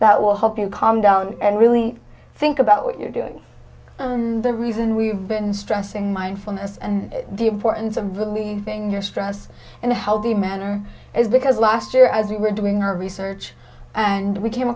that will help you calm down and really think about what you're doing and the reason we've been stressing mindfulness and the importance of releasing your stress and how the manner is because last year as we were doing our research and we came